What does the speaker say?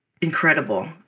incredible